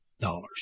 Dollars